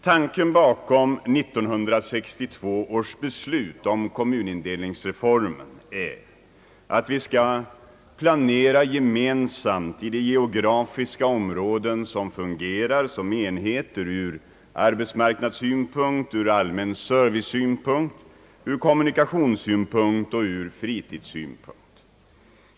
Tanken bakom 1962 års beslut om kommunindelningsreformen är att vi skall planera gemensamt i de geografiska områden som fungerar som enheter ur arbetsmarknadssynpunkt, ur allmän servicesynpunkt, ur kommunikationssynpunkt och fritidssynpunkt.